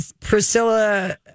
priscilla